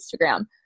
Instagram